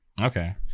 okay